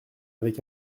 avec